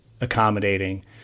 accommodating